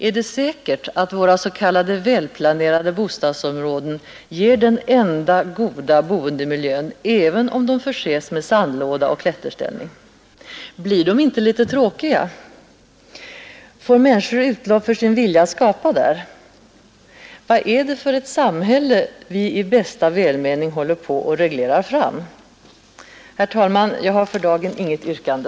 Är det säkert att våra s.k. välplanerade bostadsområden ger den enda, goda boendemiljön, även om de förses med sandlåda och klätterställning? Blir de inte litet tråkiga? Får människor utlopp för sin vilja att skapa där? Vad är det för ett samhälle vi i bästa välmening håller på och reglerar fram? Herr talman! Jag har för dagen inget yrkande.